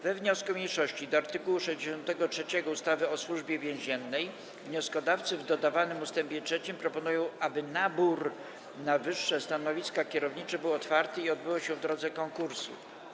We wniosku mniejszości do art. 63 ustawy o Służbie Więziennej wnioskodawcy w dodawanym ust. 3 proponują, aby nabór na wyższe stanowiska kierownicze był otwarty i odbywał się w drodze konkursu.